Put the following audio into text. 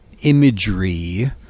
imagery